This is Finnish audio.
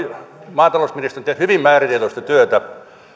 maatalousministeriössä tehnyt hyvin määrätietoista työtä